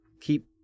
Keep